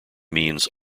means